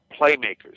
playmakers